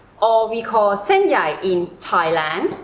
or we call ah sen yai in thailand,